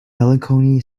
melancholy